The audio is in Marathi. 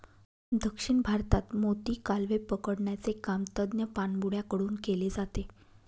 दक्षिण भारतात मोती, कालवे पकडण्याचे काम तज्ञ पाणबुड्या कडून केले जाते